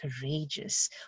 courageous